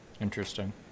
Interesting